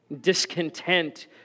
Discontent